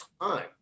time